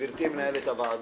גברתי מנהלת הוועדה,